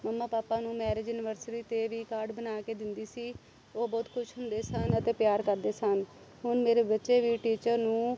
ਮੰਮਾ papa ਨੂੰ marriage anniversary 'ਤੇ ਵੀ ਕਾਰਡ ਬਣਾ ਕੇ ਦਿੰਦੀ ਸੀ ਉਹ ਬਹੁਤ ਖੁਸ਼ ਹੁੰਦੇ ਸਨ ਅਤੇ ਪਿਆਰ ਕਰਦੇ ਸਨ ਹੁਣ ਮੇਰੇ ਬੱਚੇ ਵੀ ਟੀਚਰ ਨੂੰ